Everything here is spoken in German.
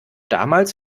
damals